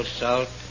salt